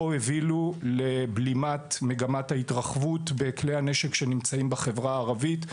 לא הובילו לבלימת מגמת ההתרחבות בכלי הנשק שנמצאים בחברה הערבית,